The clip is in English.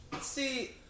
See